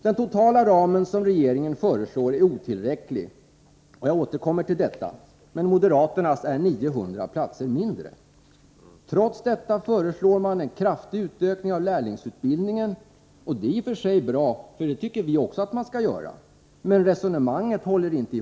Den totala ram som regeringen föreslår är otillräcklig, och jag återkommer till detta, men moderaternas är 900 platser mindre. Trots detta föreslår man en kraftig utökning av lärlingsutbildningen — det är i och för sig bra; det tycker vi också att man skall göra, men resonemanget håller inte.